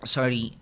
Sorry